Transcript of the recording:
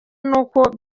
n’uko